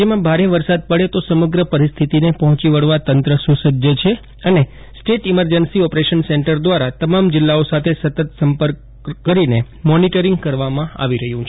રાજ્યમાં ભારે વરસાદ પડે તો સમગ્ર પરિસ્થિતિને પહોંચી વળવા તંત્ર સુસજ્જ છે અને સ્ટેટ ઇમરજન્સી ઓપરેશન સેન્ટર દ્વારા તમામ જિલ્લાઓ સાથે સતત સંપર્ક કરીને મોનીટરીંગ કરવામાં આવી રહ્યું છે